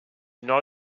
not